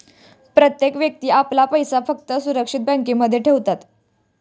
प्रत्येक व्यक्ती आपला पैसा फक्त सुरक्षित बँकांमध्ये ठेवतात